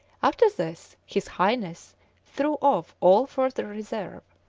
after this his highness threw off all further reserve,